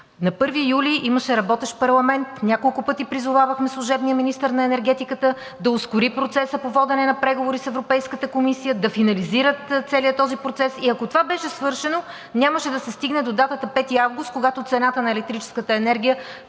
На 1 юли имаше работещ парламент. Няколко пъти призовавахме служебния министър на енергетиката да ускори процеса по водене на преговори с Европейската комисия, да финализират целия този процес. Ако това беше свършено, нямаше да се стигне до датата 5 август, когато цената на електрическата енергия